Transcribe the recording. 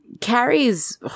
Carrie's